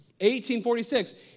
1846